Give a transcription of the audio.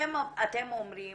אתם אומרים